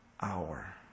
hour